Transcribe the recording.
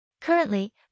Currently